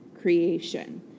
creation